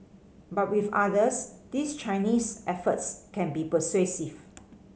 but with others these Chinese efforts can be persuasive